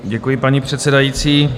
Děkuji, paní předsedající.